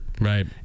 Right